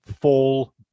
fall